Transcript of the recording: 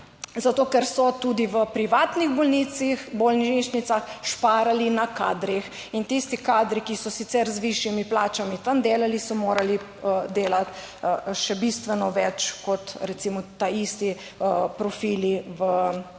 zato ker so tudi v privatnih bolnicah, bolnišnicah šparali na kadrih. In tisti kadri, ki so sicer z višjimi plačami tam delali, so morali delati še bistveno več kot recimo ta isti profili v javnem